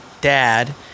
dad